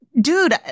dude